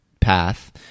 path